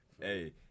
hey